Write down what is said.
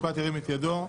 התשפ"ב-2021,